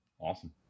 awesome